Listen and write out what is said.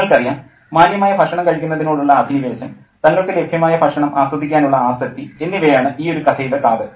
നിങ്ങൾക്കറിയാം മാന്യമായ ഭക്ഷണം കഴിക്കുന്നതിനോടുള്ള അഭിനിവേശം തങ്ങൾക്ക് ലഭ്യമായ ഭക്ഷണം ആസ്വദിക്കാനുള്ള ആസക്തി എന്നിവയാണ് ഈയൊരു കഥയുടെ കാതൽ